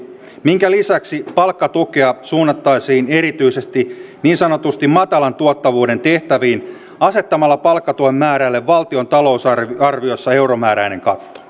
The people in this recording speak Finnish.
minkä lisäksi palkkatukea suunnattaisiin erityisesti niin sanotusti matalan tuottavuuden tehtäviin asettamalla palkkatuen määrälle valtion talousarviossa euromääräinen katto